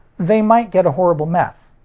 they might get a horrible mess.